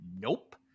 nope